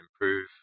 improve